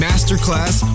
Masterclass